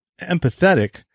empathetic